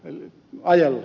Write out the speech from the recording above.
herra puhemies